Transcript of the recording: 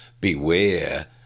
beware